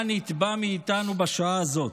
מה נתבע מאיתנו בשעה הזאת?